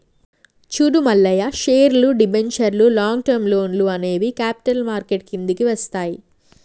చూడు మల్లయ్య పేర్లు, దిబెంచర్లు లాంగ్ టర్మ్ లోన్లు అనేవి క్యాపిటల్ మార్కెట్ కిందికి వస్తాయి